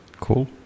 cool